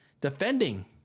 defending